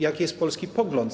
Jaki jest polski pogląd?